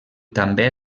també